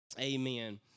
Amen